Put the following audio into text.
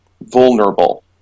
vulnerable